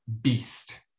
beast